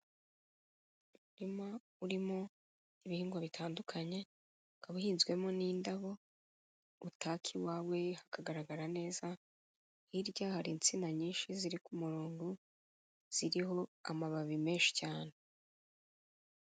Umurima urimo ibihingwa bitandukanye, ukaba uhinzwemo n'indabo, utaka iwawe hakagaragara neza, hirya hari insina nyinshi ziri ku murongo, ziriho amababi menshi cyane.